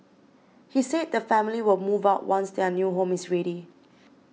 he said the family will move out once their new home is ready